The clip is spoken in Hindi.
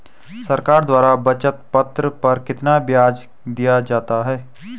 सरकार द्वारा बचत पत्र पर कितना ब्याज दिया जाता है?